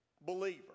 believer